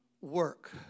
work